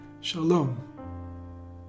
Shalom